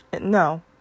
No